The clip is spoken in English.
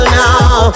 now